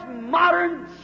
modern